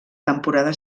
temporada